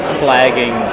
flagging